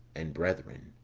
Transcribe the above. and brethren.